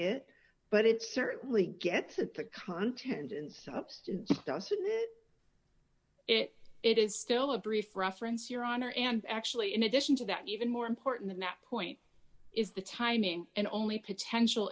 it but it certainly gets at the content and substance doesn't it it is still a brief reference your honor and actually in addition to that even more important than that point is the timing and only potential